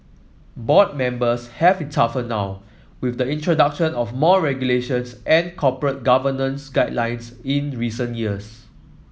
board members have it tougher now with the introduction of more regulations and corporate governance guidelines in recent years